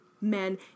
men